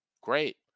Great